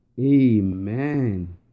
Amen